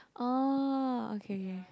oh okay okay